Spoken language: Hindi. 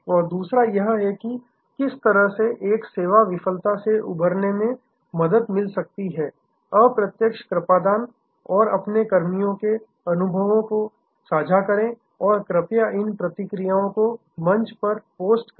और दूसरा यह है कि किस तरह से एक सेवा विफलता से उबरने में मदद मिल सकती है अप्रत्यक्ष कृपादान और अपने कर्मियों के अनुभव को साझा करें और कृपया इन प्रतिक्रियाओं को मंच पर पोस्ट करें